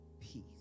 peace